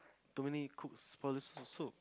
too many cooks for this soup